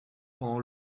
pendant